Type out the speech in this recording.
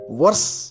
worse